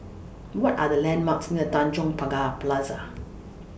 What Are The landmarks near Tanjong Pagar Plaza